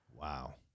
Wow